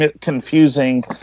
confusing